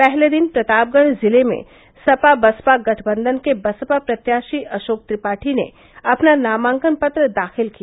पहले दिन प्रतापगढ़ जिले में सपा बसपा गठबंधन के बसपा प्रत्याशी अशोक त्रिपाठी ने अपना नामांकन पत्र दाखिल किया